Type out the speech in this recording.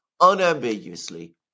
unambiguously